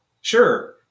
sure